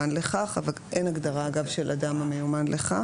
אין הגדרה של אדם המיומן לכך.